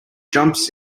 jumps